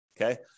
okay